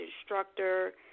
instructor